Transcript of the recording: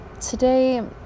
today